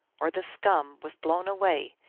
or the scum, was blown away,